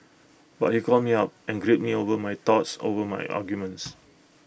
but he called me up and grilled me over my thoughts over my arguments